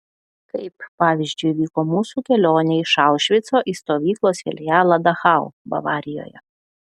kaip pavyzdžiui vyko mūsų kelionė iš aušvico į stovyklos filialą dachau bavarijoje